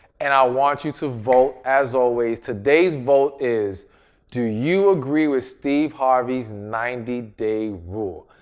and i want you to vote as always. today's vote is do you agree with steve harvey's ninety day rule?